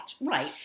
right